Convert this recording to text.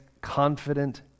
confident